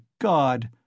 God